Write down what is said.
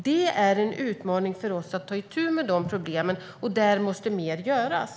Det är en utmaning för oss att ta itu med de problemen, och där måste mer göras.